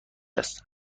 است